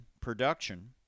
production